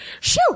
shoo